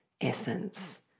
essence